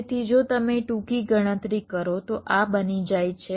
તેથી જો તમે ટૂંકી ગણતરી કરો તો આ બની જાય છે